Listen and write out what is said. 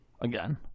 again